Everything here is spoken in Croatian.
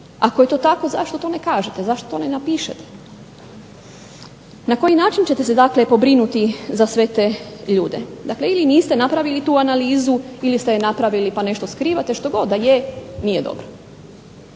Ako je to tako zašto to ne kažete, zašto to ne napišete. Na koji način ćete se, dakle pobrinuti za sve te ljude. Dakle, ili niste napravili tu analizu ili ste je napravili pa nešto skrivate. Što god da je nije dobro.